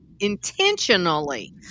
intentionally